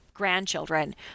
grandchildren